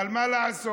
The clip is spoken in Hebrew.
אבל מה לעשות,